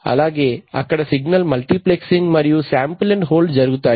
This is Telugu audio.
అలాగే అక్కడ సిగ్నల్ మల్టీప్లెక్సింగ్ మరియు శాంపుల్ అండ్ హోల్డ్ జరుగుతాయి